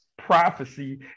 prophecy